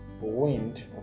Wind